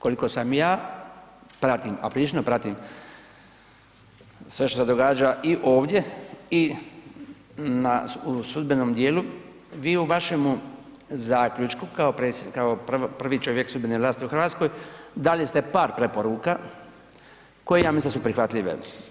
Koliko sam ja, pratim, a prilično pratim sve što se događa i ovdje i u sudbenom dijelu vi u vašemu zaključku kao prvi čovjek sudbene vlasti u Hrvatskoj dali ste par preporuka koje ja mislim da su prihvatljive.